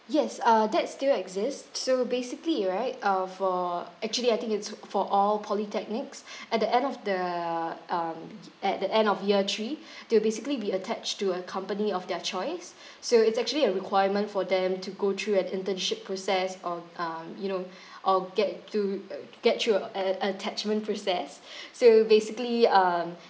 yes uh that still exist so basically right uh for actually I think it's for all polytechnics at the end of the um at the end of year three they'll basically be attached to a company of their choice so it's actually a requirement for them to go through an internship process on um you know or get to uh get through a a~ a~ attachment process so basically um